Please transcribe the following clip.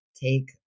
Take